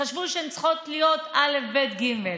חשבו שהן צריכות להיות א', ב', ג'.